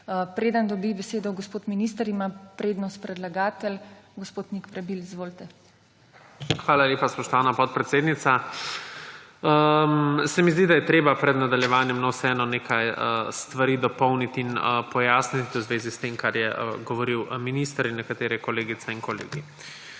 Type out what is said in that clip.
Preden dobi besedo gospod minister, ima prednost predlagatelj gospod Nik Prebil. Izvolite. **NIK PREBIL (PS LMŠ):** Hvala lepa, spoštovana podpredsednica. Se mi zdi, da je treba pred nadaljevanjem vseeno nekaj stvari dopolniti in pojasniti v zvezi s tem, kar so govoril minister in nekatere kolegice in kolegi.